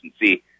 see